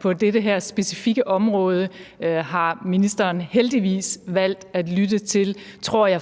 på det her specifikke område heldigvis har valgt at lytte til, hvad jeg